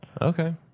Okay